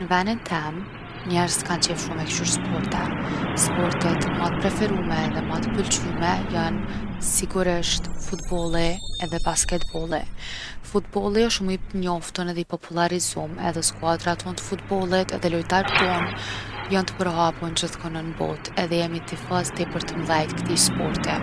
Në venin tem njerzt kan qef shumë me kqyr sporte. Sportet ma t’preferume edhe ma t’pëlqyme jon sigurisht futbolli edhe basketbolli. Futbolli osht shu- i njoftum edhe i popullarizum edhe skuadrat ton t’futbollit edhe lojtart ton jon t’përhapun gjithkun edhe jemi tifoz tepër t’mdhej t’ktij sporti.